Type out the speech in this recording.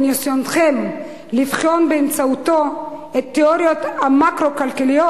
בניסיונותיכם לבחון באמצעותו את התיאוריות המקרו-כלכליות.